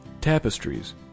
tapestries